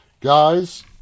Guys